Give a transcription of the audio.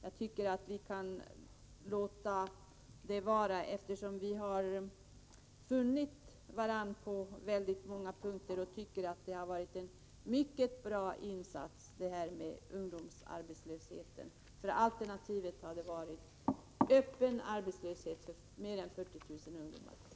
Jag tycker att vi kan låta det vara, eftersom vi har funnit varandra på väldigt många punkter. Ungdomslagen har utgjort en mycket bra insats mot arbetslösheten. Alternativet hade varit en öppen arbetslöshet för mer än 40 000 ungdomar.